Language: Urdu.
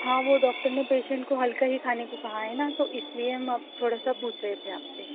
ہاں وہ ڈاکٹر نے پیشنٹ کو ہلکا ہی کھانے کو کہا ہے نا تو اس لیے ہم اب تھوڑا سا پوچھ رہے تھے آپ سے